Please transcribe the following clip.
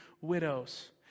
widows